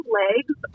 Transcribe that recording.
legs